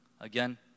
Again